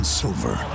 silver